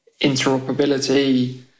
interoperability